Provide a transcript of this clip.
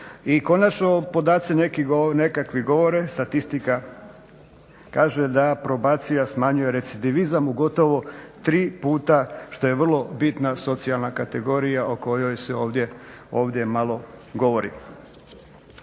I konačno, podaci nekakvi govore, statistika kaže da probacija smanjuje recidivizam u gotovo tri puta što je vrlo bitna socijalna kategorija o kojoj se ovdje malo govori.